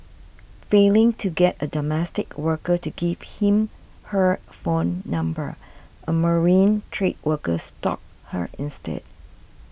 failing to get a domestic worker to give him her phone number a marine trade worker stalked her instead